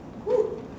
!woo!